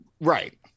Right